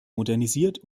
modernisiert